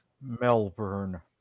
Melbourne